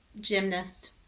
gymnast